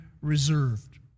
reserved